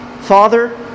Father